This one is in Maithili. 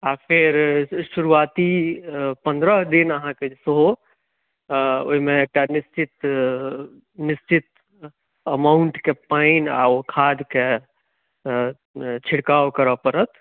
आ फेर शुरुआती पन्द्रह दिन अहाँके सेहो ओहिमे एकटा निश्चित निश्चित अमाउंटके पानि आ ओ खादके छिड़काव करय पड़त